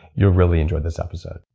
you'll really enjoy this episode.